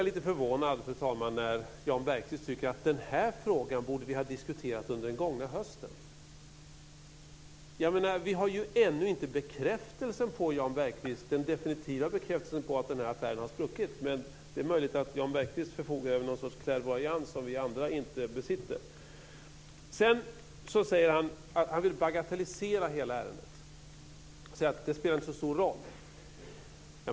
Jag blir lite förvånad när Jan Bergqvist tycker att vi borde ha diskuterat denna fråga under den gångna hösten. Vi har ju ännu inte den definitiva bekräftelsen på att affären har spruckit, Jan Bergqvist! Men det är ju möjligt att Jan Bergqvist förfogar över någon sorts klärvoajans som vi andra inte besitter. Sedan vill han bagatellisera hela ärendet. Han säger att det inte spelar så stor roll.